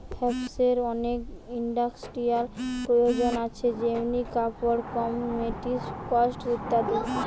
হেম্পের অনেক ইন্ডাস্ট্রিয়াল প্রয়োজন আছে যেমনি কাপড়, কসমেটিকস ইত্যাদি